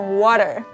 water